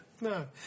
No